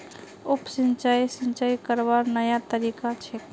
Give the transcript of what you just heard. उप सिंचाई, सिंचाई करवार नया तरीका छेक